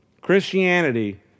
Christianity